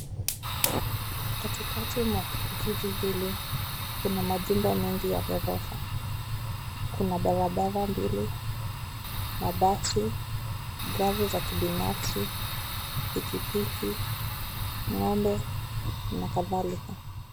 Katikati mwa jiji hili kuna majumba mengi ya ghorofa. Kuna barabara mbili, mabasi, gari za kibinafsi, pikipiki, ng'ombe na kadhalika.